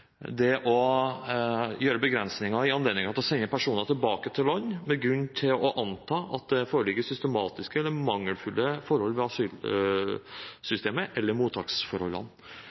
Det ene er å gjøre begrensninger i anledningen til å sende personer tilbake til land der det er grunn til å anta at det foreligger systematisk mangelfulle forhold ved asylsystemet eller mottaksforholdene.